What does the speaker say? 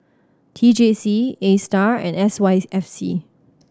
T J C Astar and S Y F C